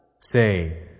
Say